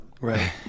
Right